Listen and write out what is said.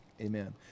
amen